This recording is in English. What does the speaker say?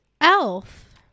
Elf